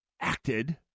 acted